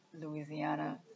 Louisiana